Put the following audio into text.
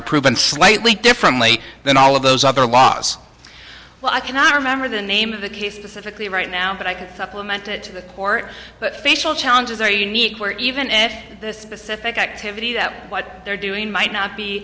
proven slightly differently than all of those other laws well i cannot remember the name of the case the physically right now but i can supplement it to the court but facial challenges are unique where even at this specific activity that what they're doing might not be